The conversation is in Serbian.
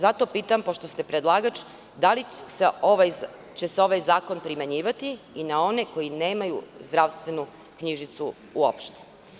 Zato vas pitam, pošto ste predlagač, da li će se ovaj zakon primenjivati i na one koji nemaju zdravstvenu knjižicu uopšte?